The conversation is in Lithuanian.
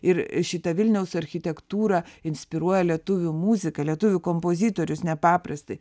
ir šita vilniaus architektūra inspiruoja lietuvių muziką lietuvių kompozitorius nepaprastai